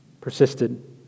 persisted